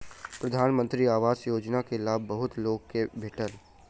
प्रधानमंत्री आवास योजना के लाभ बहुत लोक के भेटल